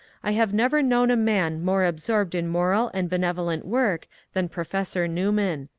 i have never known a man more absorbed in moral and be nevolent work than professor newman.